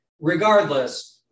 Regardless